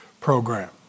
program